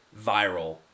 viral